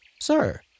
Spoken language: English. Sir